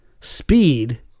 speed